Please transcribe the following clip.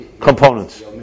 components